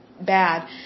bad